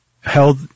held